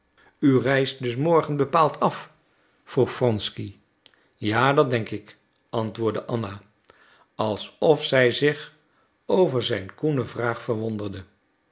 u reist dus morgen bepaald af vroeg wronsky ja dat denk ik antwoordde anna alsof zij zich over zijn koene vraag verwonderde